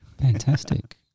Fantastic